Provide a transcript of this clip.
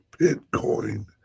Bitcoin